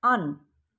on